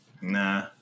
Nah